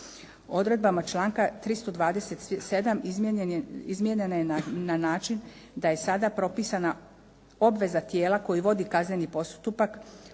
Odredbama članka 327. izmijenjen, izmijenjena je na način da je sada propisana obveza tijela koje vodi kazneni postupak